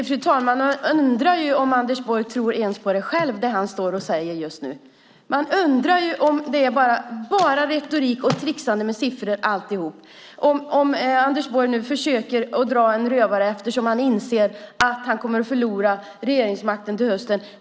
Fru talman! Man undrar ju om Anders Borg själv tror på det han står och säger just nu. Man undrar ju om alltihop bara är retorik och tricksande med siffror, om Anders Borg nu försöker dra en rövare eftersom han inser att han kommer att förlora regeringsmakten till hösten.